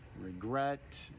regret